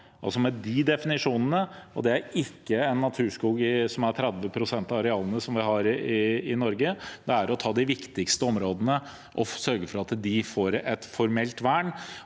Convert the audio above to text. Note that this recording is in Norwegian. og med de definisjonene, og det er ikke en naturskog som er 30 pst. av arealene, som vi har i Norge, det er å ta de viktigste områdene og sørge for at de får et formelt vern.